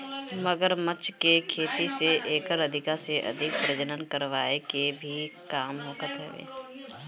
मगरमच्छ के खेती से एकर अधिका से अधिक प्रजनन करवाए के भी काम होखत हवे